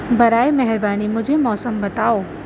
برائے مہربانی مجھے موسم بتاؤ